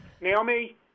Naomi